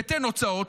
תיתן הוצאות,